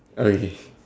okay